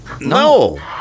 No